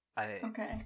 okay